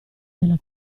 della